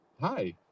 Hi